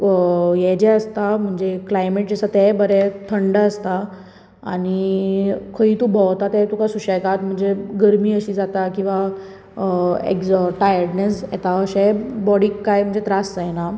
हे जें आसता म्हणजे क्लायमेट जें आसता तेंय बरें थंड आसता आनी खंय तूं भोंवता थंय तुका सुशेगाद म्हणजे गरमी अशीं जाता किंवा एक जो टायर्डनेस येता अशें बाॅडीक कांय म्हणजे त्रास जायना